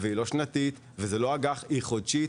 שנתית או אג"ח היא חודשית,